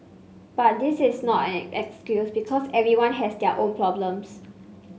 but this is not an excuse because everyone has their own problems